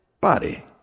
body